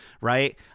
right